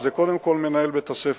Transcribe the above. זה קודם כול מנהל בית-הספר.